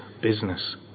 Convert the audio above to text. business